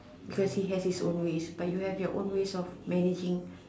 because he has his own ways but you have your own ways of managing